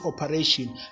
operation